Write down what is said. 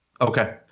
Okay